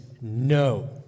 no